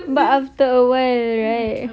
but after a while right